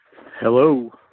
Hello